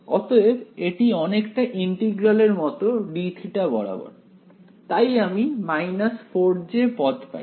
অতএব এটি অনেকটা ইন্টিগ্রাল এর মত dθ বরাবর তাই আমি 4j পদ পাই